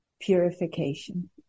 Purification